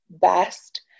best